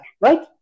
right